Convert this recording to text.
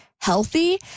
healthy